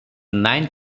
nine